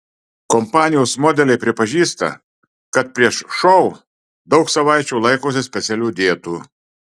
kompanijos modeliai pripažįsta kad prieš šou daug savaičių laikosi specialių dietų